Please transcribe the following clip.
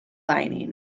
lining